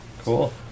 Cool